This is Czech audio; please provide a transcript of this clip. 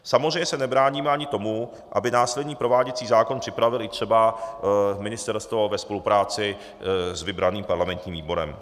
Samozřejmě se nebráníme ani tomu, aby následný prováděcí zákon připravilo třeba ministerstvo ve spolupráci s vybraným parlamentním výborem.